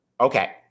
Okay